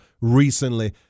recently